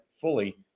fully